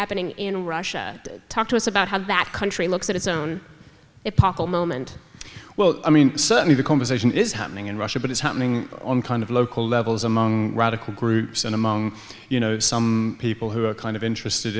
happening in russia talk to us about how that country looks at its own pocket moment well i mean certainly the conversation is happening in russia but it's happening on kind of local levels among radical groups and among you know some people who are kind of interested